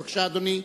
בבקשה, אדוני.